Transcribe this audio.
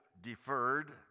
deferred